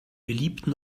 beliebten